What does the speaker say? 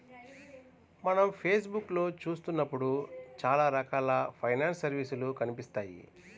మనం ఫేస్ బుక్కులో చూత్తన్నప్పుడు చానా రకాల ఫైనాన్స్ సర్వీసులు కనిపిత్తాయి